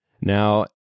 Now